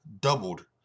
doubled